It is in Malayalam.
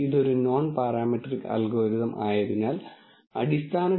അതിനാൽ എഞ്ചിനീയറിംഗ് സന്ദർഭത്തിൽ ക്ലാസ്സിഫിക്കേഷൻ പ്രോബ്ളങ്ങൾ വളരെ പ്രധാനമാണ്